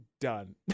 done